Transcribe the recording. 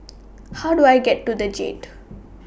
How Do I get to The Jade